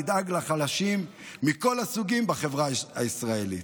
תדאג לחלשים מכל הסוגים בחברה הישראלית.